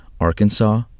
Arkansas